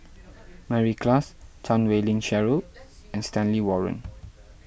Mary Klass Chan Wei Ling Cheryl and Stanley Warren